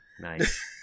Nice